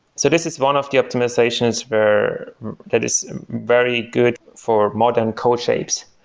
so this is one of the optimizations where that is very good for modern code shapes,